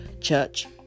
church